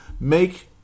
make